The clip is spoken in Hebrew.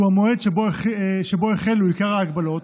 שהוא המועד שבו החל עיקר ההגבלות,